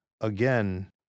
again